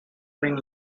bring